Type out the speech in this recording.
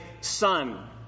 son